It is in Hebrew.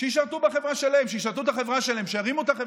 שישרתו בחברה שלהם, שישרתו את החברה שלהם,